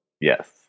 yes